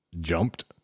jumped